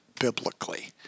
biblically